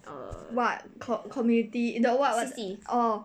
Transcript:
what clo~ community the award orh